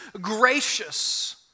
gracious